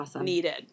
needed